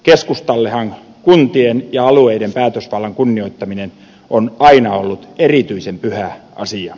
keskustallehan kuntien ja alueiden päätösvallan kunnioittaminen on aina ollut erityisen pyhä asia